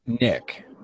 Nick